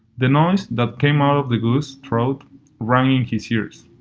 the noise that came out of the goose's throat rang in his ears,